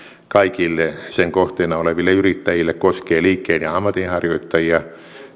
kaikille sen kohteena oleville yrittäjille koskee liikkeen ja ammatinharjoittajia